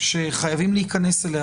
שחייבים להיכנס אליה,